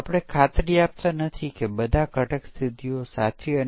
અહીં જુઓ કે આ કામગીરીના જુદા જુદા દૃશ્યો છે